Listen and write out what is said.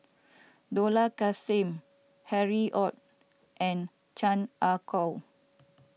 Dollah Kassim Harry Ord and Chan Ah Kow